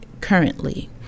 currently